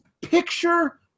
picture